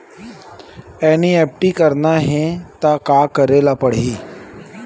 NEFT करना हे त का करे ल पड़हि?